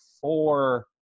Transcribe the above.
four